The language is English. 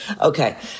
Okay